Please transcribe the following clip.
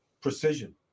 precision